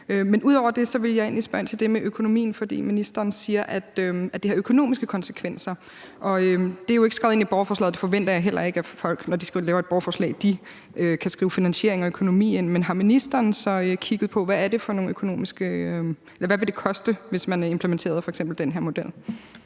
Men ud over det ville jeg egentlig spørge ind til det med økonomien. For ministeren siger, at det har økonomiske konsekvenser, og det er jo ikke skrevet ind i borgerforslaget, og der forventer jeg heller ikke, at folk, når de laver et borgerforslag, kan skrive en finansiering og en økonomi ind i det. Men har ministeren så kigget på, hvad det vil koste, hvis man f.eks. implementerede den her model?